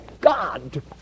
God